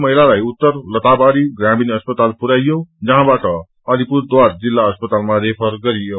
महिलालाई उत्तर लताबारी ग्रामीण अस्पाताल पुरयाइयो जहाँबाट अलिपुरद्वार जिल्ल अस्पतालमा रेफर गरियो